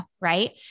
right